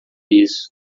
isso